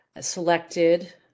selected